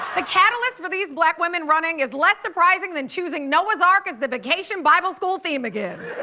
the catalyst for these black women running is less surprising than choosing noah's ark as the vacation bible school theme again.